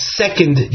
second